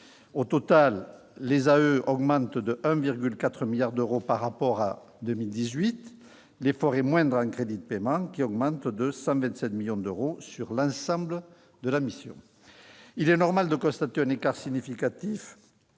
Au total, celles-ci augmentent de 1,4 milliard d'euros par rapport à 2018. L'effort est moindre en crédits de paiement, qui augmentent de 127 millions d'euros sur l'ensemble de la mission. Il est normal de constater un écart significatif,